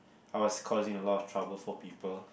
I was causing a lot of trouble for people